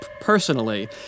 personally